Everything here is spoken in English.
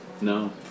No